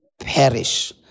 perish